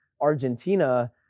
Argentina